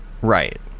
Right